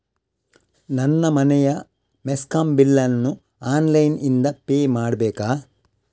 ನನ್ನ ಮನೆಯ ಮೆಸ್ಕಾಂ ಬಿಲ್ ಅನ್ನು ಆನ್ಲೈನ್ ಇಂದ ಪೇ ಮಾಡ್ಬೇಕಾ?